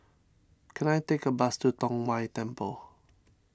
can I take a bus to Tong Whye Temple